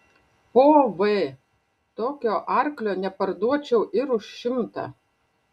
po v tokio arklio neparduočiau ir už šimtą